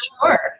sure